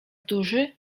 duży